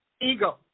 Ego